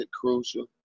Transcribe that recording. Crucial